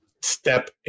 step